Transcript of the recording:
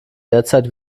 derzeit